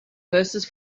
verses